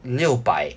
六百